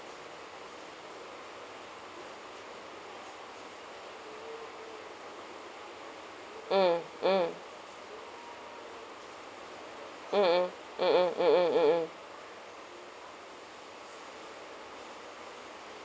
mm mm mmhmm mm mm mm mm mm mm